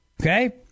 Okay